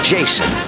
Jason